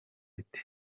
ite